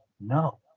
no